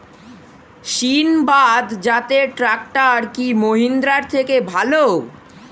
সিণবাদ জাতের ট্রাকটার কি মহিন্দ্রার থেকে ভালো?